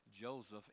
Joseph